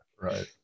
Right